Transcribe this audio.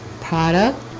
product